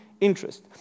interest